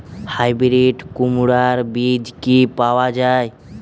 Hybrid কুমড়ার বীজ কি পাওয়া য়ায়?